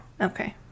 Okay